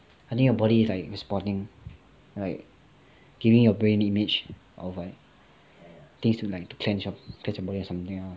I think your body is like responding like giving your brain image of like I think it's to like cleanse your body or something